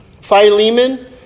Philemon